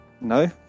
No